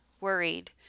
worried